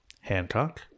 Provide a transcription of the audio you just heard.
hancock